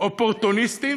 אופורטוניסטים